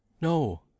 no